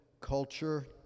culture